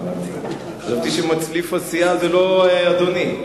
חשבתי שמצליף הסיעה זה לא אדוני.